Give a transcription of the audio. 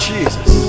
Jesus